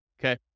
okay